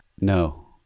No